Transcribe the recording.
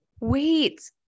Wait